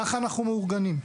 ככה אנחנו מאורגנים.